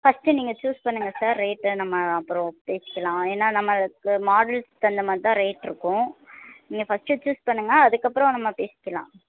first நீங்கள் choose பண்ணுங்க sir rate நம்ம அப்புறம் பேசிக்கலாம் ஏன்னால் நமக்கு மாடல்ஸ்சுக்கு தகுந்தமாதிரிதான் ரேட் இருக்கும் நீங்கள் ஃபஸ்ட்டு சூஸ் பண்ணுங்க அதுக்கப்புறம் நம்ம பேசிக்கலாம்